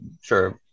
sure